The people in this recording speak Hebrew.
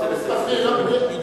אני הולך.